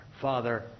Father